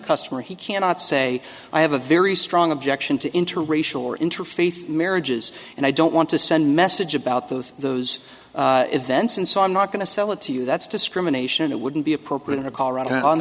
customer he cannot say i have a very strong objection to interracial or interfaith marriages and i don't want to send a message about that with those events and so i'm not going to sell it to you that's discrimination it wouldn't be appropriate in a colorado on